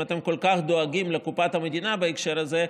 אם אתם כל כך דואגים לקופת המדינה בהקשר הזה,